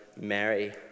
Mary